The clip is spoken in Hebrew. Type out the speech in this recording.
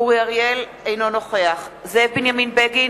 אינו נוכח זאב בנימין בגין,